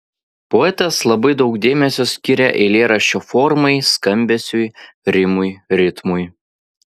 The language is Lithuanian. poetas labai daug dėmesio skiria eilėraščio formai skambesiui rimui ritmui